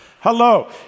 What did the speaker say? Hello